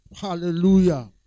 Hallelujah